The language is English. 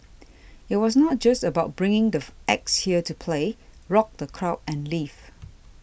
it was not just about bringing the acts here to play rock the crowd and leave